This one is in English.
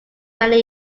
many